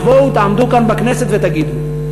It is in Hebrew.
תבואו תעמדו כאן בכנסת ותגידו.